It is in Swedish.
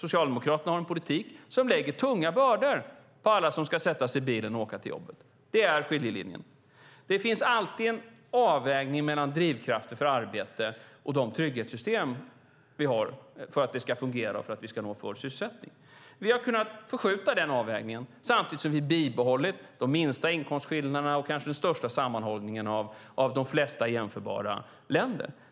Socialdemokraterna har en politik som lägger tunga bördor på alla som sätter sig i bilen och åker till jobbet. Det är skiljelinjen. Det finns alltid en avvägning mellan drivkrafter för arbete och de trygghetssystem vi har för att det hela ska fungera och för att vi ska nå full sysselsättning. Vi har kunnat förskjuta denna avvägning samtidigt som vi har bibehållit de minsta inkomstskillnaderna och den kanske största sammanhållningen av de flesta jämförbara länder.